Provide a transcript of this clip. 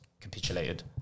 capitulated